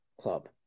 club